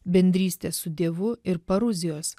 bendrystės su dievu ir paruzijos